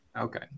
Okay